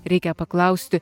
reikia paklausti